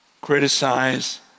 criticize